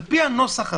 לפי הנוסח הזה,